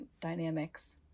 dynamics